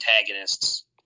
antagonists